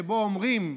שבו אומרים לאנשים: